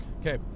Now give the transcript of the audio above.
Okay